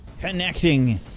Connecting